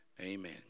amen